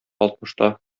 алтмышта